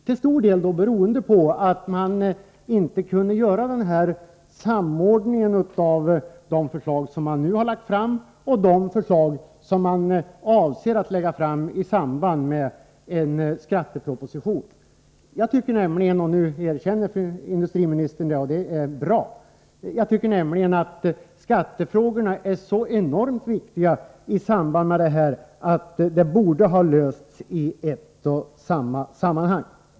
Till stor del beror detta på att man inte kunde göra den samordning av de förslag som nu lagts fram och de förslag som man avser att lägga fram i samband med en skatteproposition. Jag tycker nämligen att skattefrågorna är så enormt viktiga i samband med de nu aktuella frågorna — det erkänner industriminis tern nu, och det är bra — att dessa borde ha behandlats i ett och samma sammanhang.